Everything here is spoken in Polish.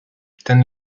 ten